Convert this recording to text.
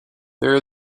there